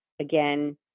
again